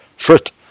fruit